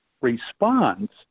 responds